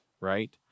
right